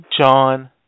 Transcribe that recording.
John